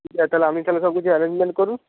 ঠিক আছে আপনি তাহলে সবকিছু অ্যারেঞ্জমেন্ট করুন